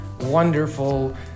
wonderful